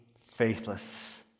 faithless